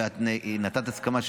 ונתת הסכמה,